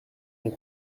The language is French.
est